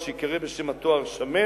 עד שייקרא בשם התואר "שמן",